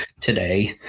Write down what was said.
today